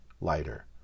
lighter